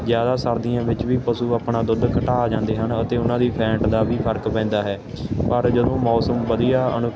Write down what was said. ਜ਼ਿਆਦਾ ਸਰਦੀਆਂ ਵਿੱਚ ਵੀ ਪਸ਼ੂ ਆਪਣਾ ਦੁੱਧ ਘਟਾ ਜਾਂਦੇ ਹਨ ਅਤੇ ਉਹਨਾਂ ਦੀ ਫੈਂਟ ਦਾ ਵੀ ਫਰਕ ਪੈਂਦਾ ਹੈ ਪਰ ਜਦੋਂ ਮੌਸਮ ਵਧੀਆ